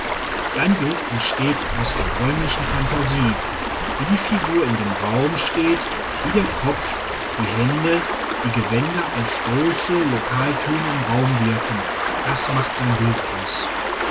sein bild entsteht aus der räumlichen phantasie wie die figur in dem raum steht wie der kopf die hände die gewänder als große lokaltöne im raum wirken das macht sein bild aus